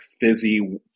fizzy